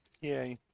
Yay